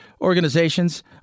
organizations